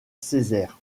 césaire